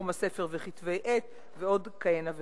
תחום הספר וכתבי עת ועוד כהנה וכהנה.